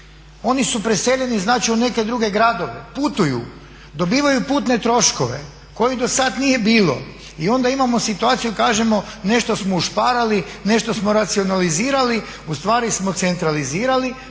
oni su preseljeni znači u neke druge gradove, putuju, dobivaju putne troškove kojih dosad nije bilo. I onda imamo situaciju i kažemo nešto smo ušparali, nešto smo racionalizirali, ustvari smo centralizirali,